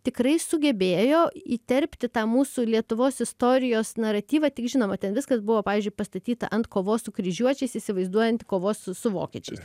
tikrai sugebėjo įterpti tą mūsų lietuvos istorijos naratyvą tik žinoma ten viskas buvo pavyzdžiui pastatyta ant kovos su kryžiuočiais įsivaizduojant kovas su vokiečiais